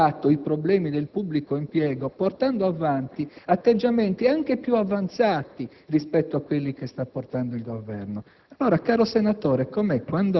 quale ha affrontato i problemi del pubblico impiego portando avanti atteggiamenti anche più avanzati rispetto a quelli dell'attuale Governo.